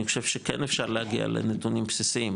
אני חושב שכן אפשר להגיע לנתונים בסיסיים,